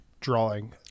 drawing